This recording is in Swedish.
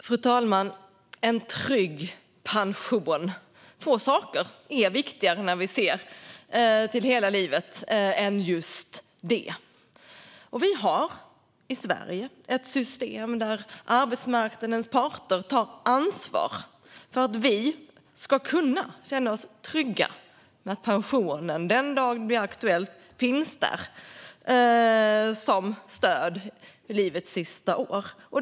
Fru talman! En trygg pension, få saker är viktigare när vi ser till hela livet än just det. Vi har i Sverige ett system där arbetsmarknadens parter tar ansvar för att vi ska kunna känna oss trygga med att pensionen den dagen det blir aktuellt finns där som stöd i livets sista år.